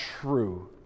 true